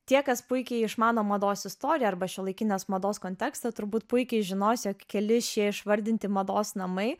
tie kas puikiai išmano mados istoriją arba šiuolaikinės mados kontekstą turbūt puikiai žinos jog keli šie išvardinti mados namai